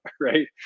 right